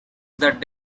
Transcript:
that